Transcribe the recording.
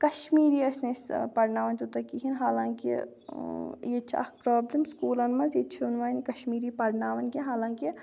کَشمیٖری ٲسۍ نہٕ أسۍ پرڑناوَان تیوٗتاہ کِہیٖنۍ حالانکہ ییٚتہِ چھِ اَکھ پرٛابلِم سکوٗلَن منٛز ییٚتہِ چھِ نہٕ وۄنۍ کَشمیٖری پرناوَان کینٛہہ حالانکہ